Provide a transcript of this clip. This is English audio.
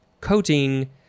Coating